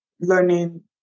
learning